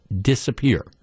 disappear